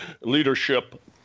leadership